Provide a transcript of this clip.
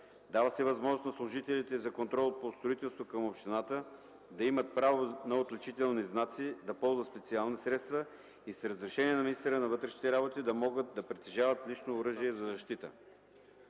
Дава се възможност на служителите за контрол по строителството към общината да имат право на отличителни знаци, да ползват специални средства и с разрешение на министъра на вътрешните работи да могат да притежават лично оръжие за защита.